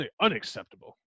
Unacceptable